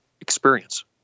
experience